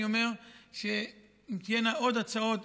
אני אומר שאם תהיינה עוד הצעות,